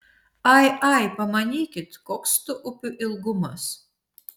ai ai pamanykit koks tų upių ilgumas